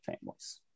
families